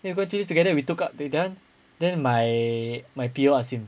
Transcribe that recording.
then we go into the lift together then we took up then then my my P_O ask him